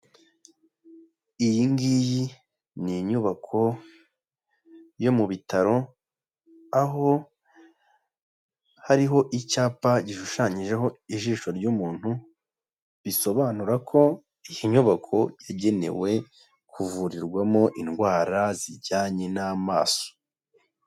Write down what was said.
Iyi ngiyi ni inyubako yo mu bitaro, aho hariho icyapa gishushanyijeho ijisho ry'umuntu, bisobanura ko iyi nyubako yagenewe kuvurirwamo indwara zijyanye n'amaso.